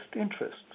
interests